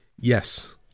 Yes